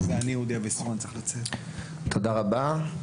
תודה רבה,